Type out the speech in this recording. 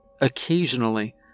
Occasionally